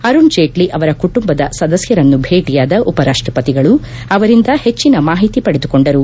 ಅರುಣ್ ಜೀಟ್ಟ ಅವರ ಕುಟುಂಬದ ಸದಸ್ತರನ್ನು ಭೇಟಿಯಾದ ಉಪರಾಷ್ಷಪತಿಗಳು ಅವರಿಂದ ಹೆಚ್ಚನ ಮಾಹಿತಿ ಪಡೆದುಕೊಂಡರು